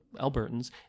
Albertans